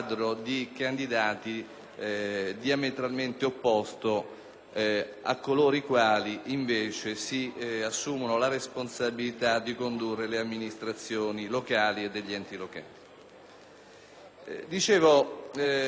tra coloro i quali si siano candidati ad assumere la responsabilità di condurre le amministrazioni locali e degli enti locali. Certamente l'Italia e i Paesi dell'Unione europea